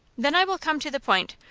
then i will come to the point.